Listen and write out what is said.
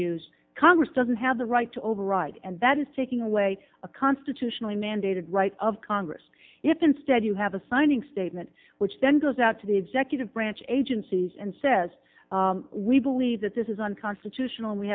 used congress doesn't have the right to override and that is taking away a constitutionally mandated right of congress if instead you have a signing statement which then goes out to the executive branch agencies and says we believe that this is unconstitutional we